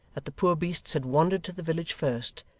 that the poor beasts had wandered to the village first,